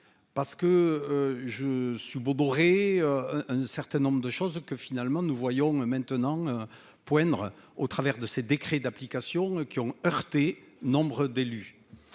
Parce que je subodore et un certain nombre de choses que finalement nous voyons maintenant poindre au travers de ses décrets d'application qui ont heurté, nombre d'élus.